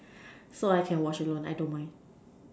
so I can watch alone I don't mind